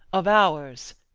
of ours,